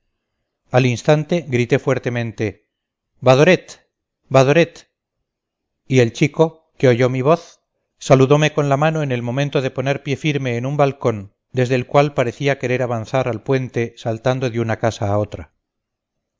al instante grité fuertemente badoret badoret y el chico que oyó mi voz saludome con la mano en el momento de poner pie firme en un balcón desde el cual parecía querer avanzar al puente saltando de una casa a otra